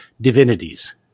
divinities